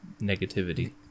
negativity